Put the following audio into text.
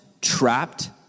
trapped